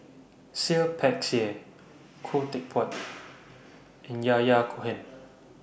Seah Peck Seah Khoo Teck Puat and Yahya Cohen